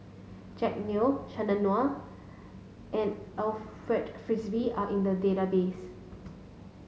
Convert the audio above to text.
Jack Neo Chandran Nair and Alfred Frisby are in the database